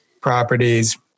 properties